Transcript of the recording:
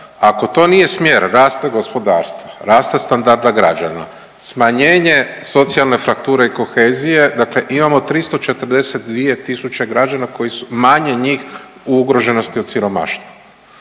Ako to nije smjer rasta gospodarstva, rasta standarda građana, smanjenje socijalne frakture i kohezije dakle imamo 342.000 građana koje su manje njih u ugroženosti od siromaštva.